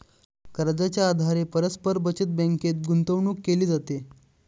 कर्जाच्या आधारे परस्पर बचत बँकेत गुंतवणूक केली जाते